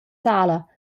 tala